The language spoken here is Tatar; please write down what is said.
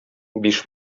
биш